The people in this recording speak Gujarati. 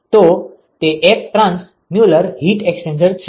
તો તે એક ટ્રાંસ મ્યુરલ હિટ એક્સ્ચેન્જર છે